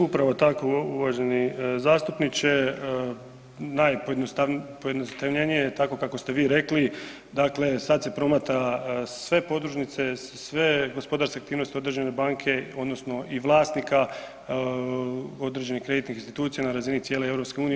Upravo tako uvaženi zastupniče, najjednostavnije tako kako ste vi rekli, dakle sada se promatra sve podružnice, sve gospodarske aktivnosti određene banke i vlasnika određenih kreditnih institucija na razini cijele EU.